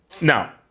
Now